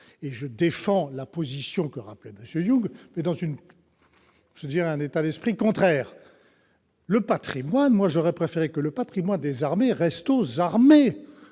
je défends la position que rappelait M. Yung, mais avec un état d'esprit contraire. Pour ma part, j'aurais préféré que tout le patrimoine des armées reste aux armées.